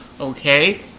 Okay